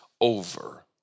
over